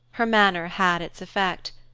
her manner had its effect.